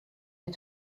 des